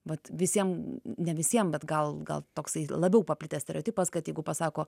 vat visiem ne visiems bet gal gal toksai labiau paplitęs stereotipas kad jeigu pasako